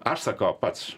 aš sakau pats